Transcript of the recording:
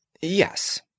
Yes